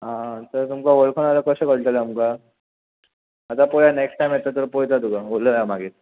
आं तर तुमकां वळखना कशें कळटलें आमकां आतां पळया नॅक्स्ट टायम येता तर पयता तुका उलया मागीर